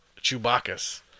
Chewbacca's